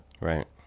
Right